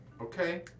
Okay